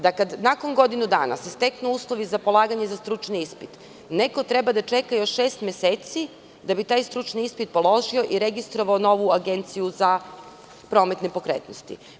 Da kada nakon godinu dana se steknu uslovi za polaganje za stručni ispit, neko treba da čeka još šest meseci da bi taj stručni ispit položio i registrovao novu agenciju za promet nepokretnosti.